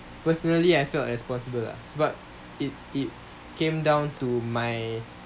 personally I felt was possible lah but it it came down to my